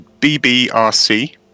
BBRC